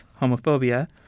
homophobia